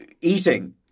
eating